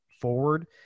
forward